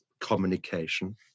communication